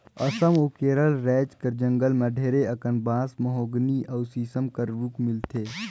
असम अउ केरल राएज कर जंगल में ढेरे अकन बांस, महोगनी अउ सीसम कर रूख मिलथे